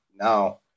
Now